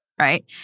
right